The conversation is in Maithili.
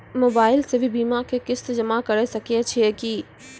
मोबाइल से भी बीमा के किस्त जमा करै सकैय छियै कि?